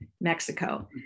Mexico